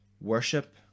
worship